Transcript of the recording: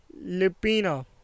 Lipina